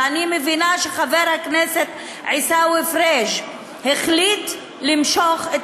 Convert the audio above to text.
ואני מבינה שחבר עיסאווי פריג' החליט למשוך את